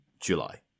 July